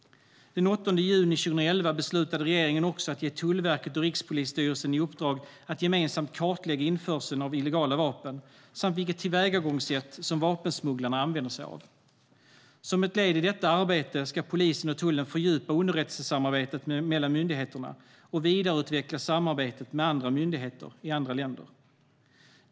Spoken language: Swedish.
Den 8 juni 2011 beslutade regeringen också att ge Tullverket och Rikspolisstyrelsen i uppdrag att gemensamt kartlägga införseln av illegala vapen samt det tillvägagångssätt som vapensmugglarna använder sig av. Som ett led i detta arbete ska polisen och tullen fördjupa underrättelsesamarbetet mellan myndigheterna och vidareutveckla samarbetet med andra myndigheter i andra länder.